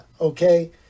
okay